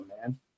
man